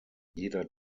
jeder